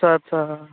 আচ্ছা আচ্ছা